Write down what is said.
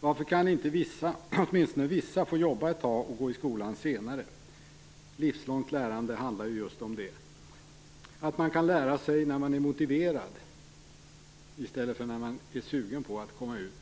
Varför kan inte åtminstone vissa få jobba ett tag och gå i skolan senare? Livslångt lärande handlar ju just om det. Man skall kunna lära sig när man är motiverad i stället för när man är sugen på att komma ut